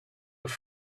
have